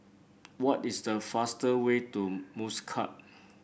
what is the fastest way to Muscat